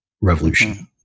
revolution